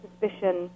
suspicion